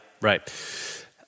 right